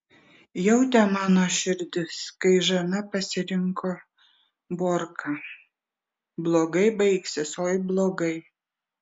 jautė mano širdis kai žana pasirinko borką blogai baigsis oi blogai